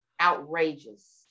Outrageous